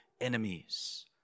enemies